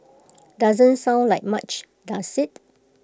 doesn't sound like much does IT